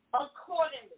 accordingly